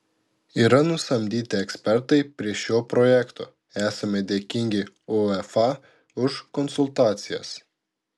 yra nusamdyti ekspertai prie šio projekto esame dėkingi uefa už konsultacijas